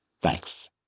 Thanks